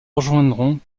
rejoindront